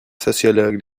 sociologues